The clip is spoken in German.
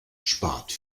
spart